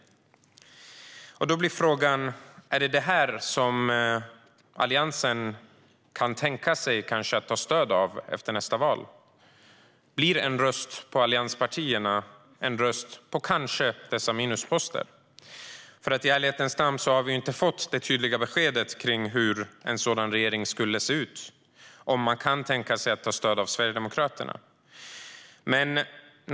Är det det som Alliansen kan tänka sig att kanske få stöd av efter nästa val? Blir en röst på allianspartierna kanske en röst på dessa minusposter? I ärlighetens namn har vi inte fått något tydligt besked om hur en sådan regering skulle se ut och om Alliansen kan tänka sig att få stöd av Sverigedemokraterna.